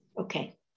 Okay